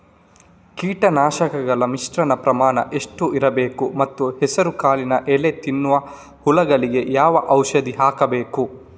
ಕೀಟನಾಶಕಗಳ ಮಿಶ್ರಣ ಪ್ರಮಾಣ ಎಷ್ಟು ಇರಬೇಕು ಮತ್ತು ಹೆಸರುಕಾಳಿನ ಎಲೆ ತಿನ್ನುವ ಹುಳಗಳಿಗೆ ಯಾವ ಔಷಧಿ ಹಾಕಬೇಕು?